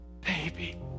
baby